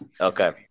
Okay